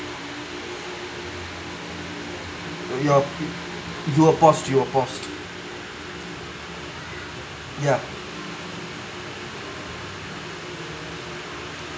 you are you are paused you are paused ya